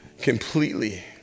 completely